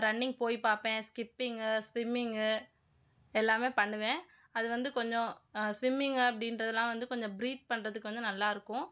running போய் பார்ப்பேன் skipping swimming எல்லாமே பண்ணுவேன் அது வந்து கொஞ்சம் ஸ்விம்மிங் அப்படின்றதுலாம் வந்து கொஞ்சம் ப்ரீத் பண்ணுறதுக்கு வந்து நல்லா இருக்கும்